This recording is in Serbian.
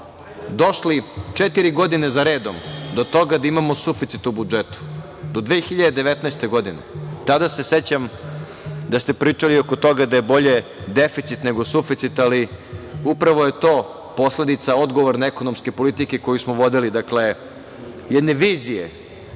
došli, četiri godine zaredom, do toga da imamo suficit u budžetu, do 2019. godine. Tada se sećam da ste pričali oko toga da je bolje deficit nego suficit, ali upravo je to posledica odgovorne ekonomske politike koju smo vodili, dakle, jedne vizije,